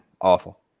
awful